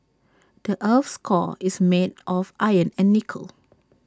the Earth's core is made of iron and nickel